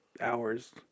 hours